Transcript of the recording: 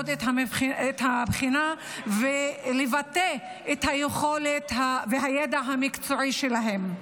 את הבחינה ולבטא את היכולת והידע המקצועי שלהם.